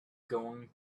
going